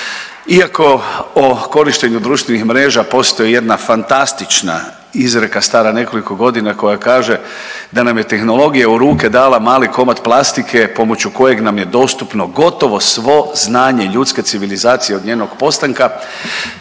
Iako o korištenju društvenih mreža postoji jedna fantastična izreka stara nekoliko godina koja kaže da nam je tehnologija u ruke dala mali komad plastike pomoću kojeg nam je dostupno gotovo svo znanje ljudske civilizacije od njenog postanka